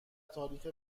تاریخ